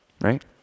right